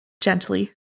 Gently